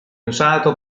usato